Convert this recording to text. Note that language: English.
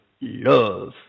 love